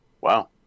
Wow